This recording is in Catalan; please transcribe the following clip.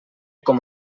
com